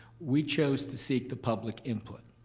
we chose to seek the public input.